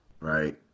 Right